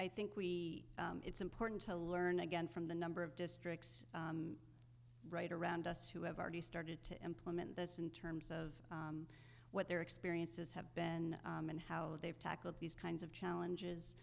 i think we it's important to learn again from the number of districts right around us who have already started to implement this in terms of what their experiences have been and how they've tackled these kinds of challenges